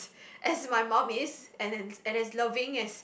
as my mum is and and and as loving as